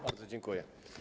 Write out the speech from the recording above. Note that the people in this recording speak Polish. Bardzo dziękuję.